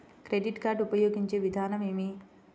Credit card ఉపయోగించే విధానం ఏమి?